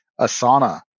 Asana